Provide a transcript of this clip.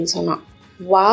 Wow